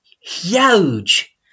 huge